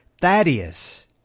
Thaddeus